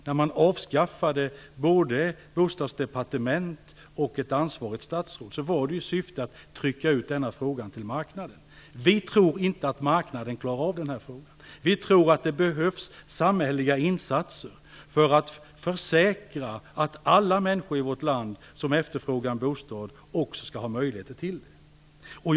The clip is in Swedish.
När den regeringen avskaffade både Bostadsdepartementet och ett statsråd som var ansvarigt för dessa frågor var det i syfte att trycka ut den frågan till marknaden. Vi tror inte att marknaden klarar av den frågan. Vi tror att det behövs samhälleliga insatser för att försäkra att alla människor i vårt land som efterfrågar en bostad också skall ha möjlighet att få en bostad.